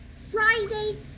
Friday